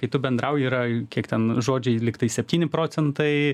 kai tu bendrauji yra kiek ten žodžiai lyg tai septyni procentai